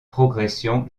progression